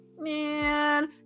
man